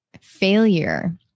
failure